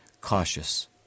cautious